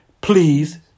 please